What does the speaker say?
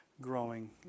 growing